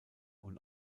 und